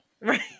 Right